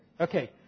Okay